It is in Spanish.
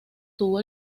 tuvo